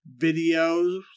videos